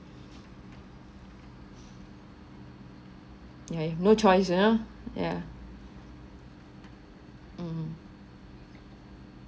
yeah if no choice ah ya mm